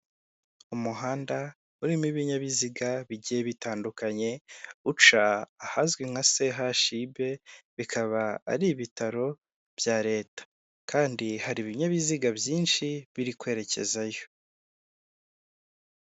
Umuhanda urimo ibinyabiziga bigiye bitandukanye uca ahazwi nka CHUB bikaba ari ibitaro bya leta, kandi hari ibinyabiziga byinshi biri kwerekezayo.